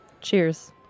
cheers